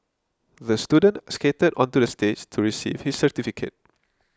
the student skated onto the stage to receive his certificate